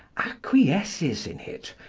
acquiesces in it,